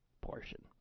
portion